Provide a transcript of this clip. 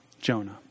Jonah